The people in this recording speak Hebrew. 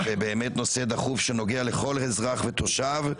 זה באמת נושא דחוף שנוגע לכל אזרח ותושב,